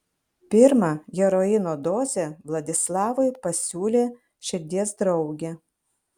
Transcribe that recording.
pirmą heroino dozę vladislavui pasiūlė širdies draugė